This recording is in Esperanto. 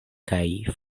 kaj